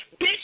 Bitch